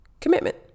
commitment